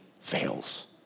fails